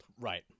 Right